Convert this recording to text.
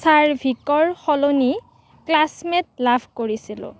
চাৰ্ভিকৰ সলনি classmate love কৰিছিলোঁ